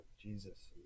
Jesus